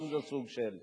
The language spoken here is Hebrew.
וזה גם סוג של מס.